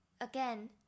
Again